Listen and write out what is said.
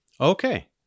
Okay